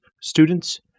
students